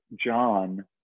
John